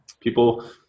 People